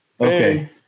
Okay